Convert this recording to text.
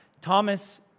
Thomas